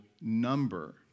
number